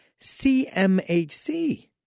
CMHC